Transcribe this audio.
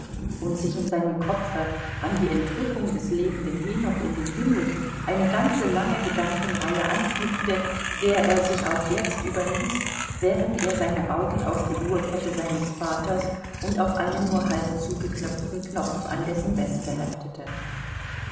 und sich in seinem kopfe an die entrückung des lebenden henoch in den himmel eine ganze lange gedankenreihe anknüpfte der er sich auch jetzt überließ während er seine augen auf die uhrkette seines vaters und auf einen nur halb zugeknöpften knopf an dessen weste heftete